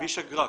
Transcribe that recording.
כביש אגרה,